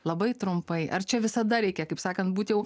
labai trumpai ar čia visada reikia kaip sakant būti jau